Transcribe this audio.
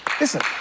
Listen